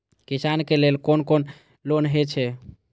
किसान के लेल कोन कोन लोन हे छे?